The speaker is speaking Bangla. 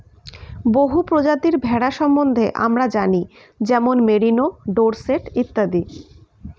বহু প্রজাতির ভেড়া সম্বন্ধে আমরা জানি যেমন মেরিনো, ডোরসেট ইত্যাদি